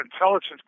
intelligence